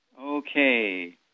Okay